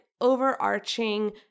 Overarching